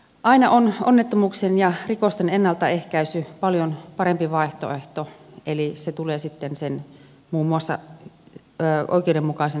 aina on onnettomuuksien ja rikosten ennaltaehkäisy paljon parempi vaihtoehto eli se tulee sitten muun muassa sen oikeudenmukaisen sosiaalipolitiikan kautta